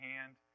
hand